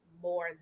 more